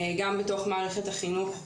גם בתוך מערכת החינוך.